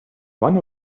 one